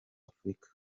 afurika